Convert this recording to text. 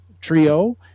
trio